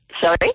Sorry